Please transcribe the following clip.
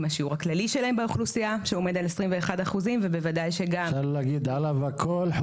השיעור הכללי שלהם באוכלוסייה שעומד על 21%. אפשר להגיד עליו הכל,